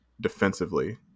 defensively